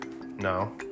No